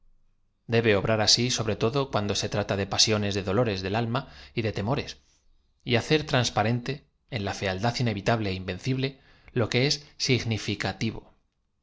debe obrar asi sobre todo cuando se trata de pasiones de dolores del alma y de temores y hacer transpa rente en la fealdad inevitable é invencible lo que es significatito